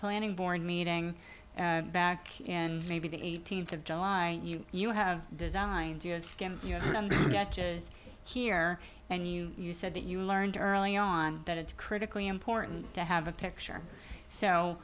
planning board meeting back and maybe the eighteenth of july you have designed your number here and you you said that you learned early on that it's critically important to have a picture so